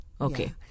Okay